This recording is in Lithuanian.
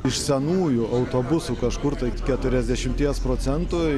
iš senųjų autobusų kažkur tai keturiasdešimties procentų